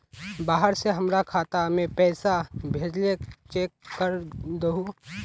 बाहर से हमरा खाता में पैसा भेजलके चेक कर दहु?